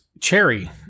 cherry